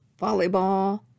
volleyball